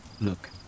Look